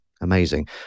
Amazing